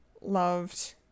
loved